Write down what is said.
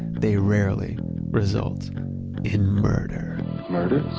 they rarely result in murder murder,